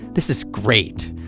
this is great.